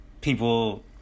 People